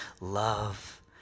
Love